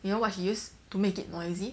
you know what she use to make it noisy